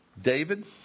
david